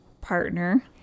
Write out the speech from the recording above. partner